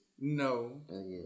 No